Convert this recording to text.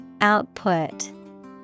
Output